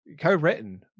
co-written